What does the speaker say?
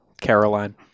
Caroline